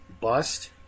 bust